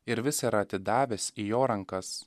ir visa yra atidavęs į jo rankas